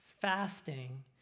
fasting